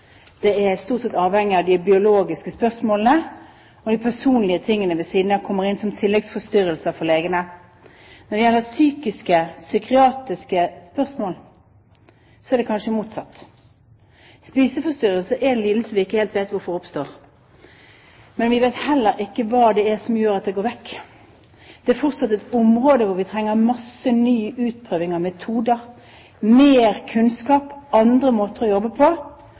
Det er stort sett avhengig av det biologiske, og de personlige forholdene kommer inn som tilleggsforstyrrelser for legene. Når det gjelder psykiske og psykiatriske spørsmål, er det kanskje motsatt. Spiseforstyrrelse er en lidelse som vi ikke helt vet hvorfor oppstår. Men vi vet heller ikke hva det er som gjør at det går vekk. Det er fortsatt et område hvor vi trenger masse ny utprøving av metoder, mer kunnskap, andre måter å jobbe på.